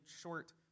short